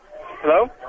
Hello